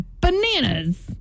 bananas